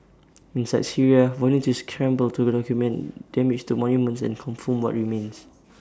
inside Syria volunteers scramble to document damage to monuments and confirm what remains